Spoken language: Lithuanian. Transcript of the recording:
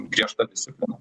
griežta disciplina